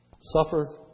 Suffer